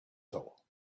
thought